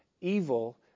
evil